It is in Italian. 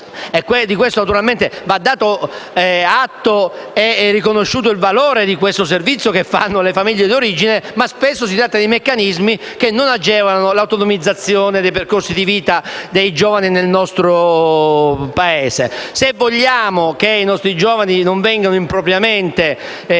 - e naturalmente va dato atto e va riconosciuto il valore di questo servizio che svolgono le famiglie d'origine - ma spesso si tratta di meccanismi che non agevolano l'autonomizzazione dei percorsi di vita dei giovani nel nostro Paese. Se vogliamo che i nostri giovani non vengano impropriamente